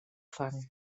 fang